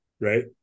right